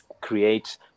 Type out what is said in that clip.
create